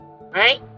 Right